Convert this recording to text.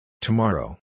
Tomorrow